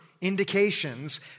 indications